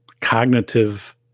cognitive